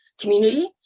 community